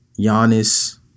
Giannis